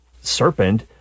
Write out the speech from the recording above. serpent